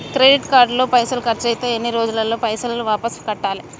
Credit card లో పైసల్ ఖర్చయితే ఎన్ని రోజులల్ల పైసల్ వాపస్ కట్టాలే?